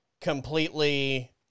completely